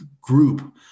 group